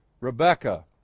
rebecca